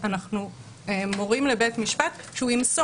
אני שם רגע בצד את סוגיית החיוניות והשפה, כי